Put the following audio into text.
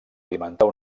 alimentar